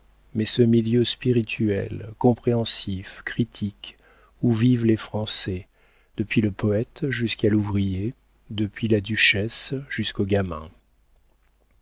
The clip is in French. mais ce milieu spirituel compréhensif critique où vivent les français depuis le poëte jusqu'à l'ouvrier depuis la duchesse jusqu'au gamin